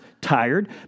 tired